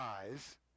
eyes